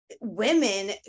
women